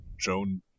Joan